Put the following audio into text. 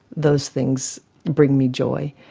those things bring me joy.